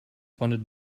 funded